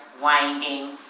winding